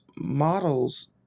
models